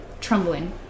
trembling